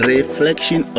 Reflection